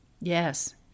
Yes